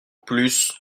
plus